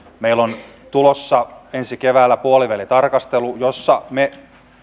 meillä on tulossa ensi keväänä puolivälitarkastelu jossa me